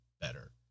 better